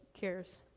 cares